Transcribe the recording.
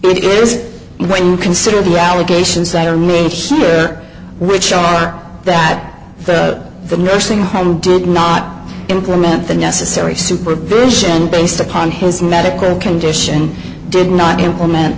it is when you consider the allegations that are me which shows that the nursing home did not implement the necessary supervision based upon his medical condition did not implement